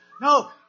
No